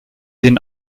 den